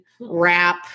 wrap